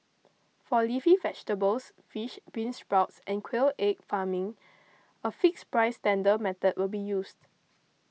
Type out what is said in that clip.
for leafy vegetables fish beansprouts and quail egg farming a fixed price tender method will be used